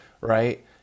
right